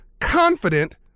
confident